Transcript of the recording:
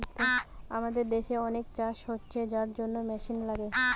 আমাদের দেশে অনেক চাষ হচ্ছে যার জন্যে মেশিন লাগে